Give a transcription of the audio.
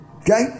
Okay